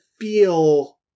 feel